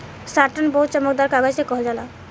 satin बहुत चमकदार कागज के कहल जाला